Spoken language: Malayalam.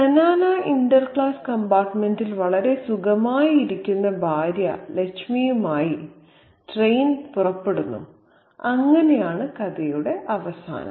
സെനാന ഇന്റർക്ലാസ് കമ്പാർട്ടുമെന്റിൽ വളരെ സുഖമായി ഇരിക്കുന്ന ഭാര്യ ലച്മിയുമായി ട്രെയിൻ പുറപ്പെടുന്നു അങ്ങനെയാണ് കഥയുടെ അവസാനം